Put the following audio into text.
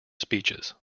speeches